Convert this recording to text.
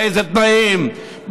באיזה תנאים,